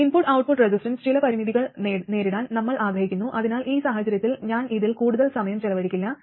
input output resistance ചില പരിമിതികൾ നേരിടാൻ നമ്മൾ ആഗ്രഹിക്കുന്നു അതിനാൽ ഈ സാഹചര്യത്തിൽ ഞാൻ ഇതിൽ കൂടുതൽ സമയം ചെലവഴിക്കില്ല